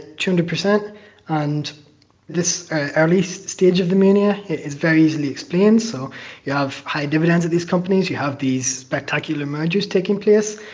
two hundred percent and this early stage of the mania is very easily explained. so you have high dividends at these companies. you have these spectacular mergers taking place,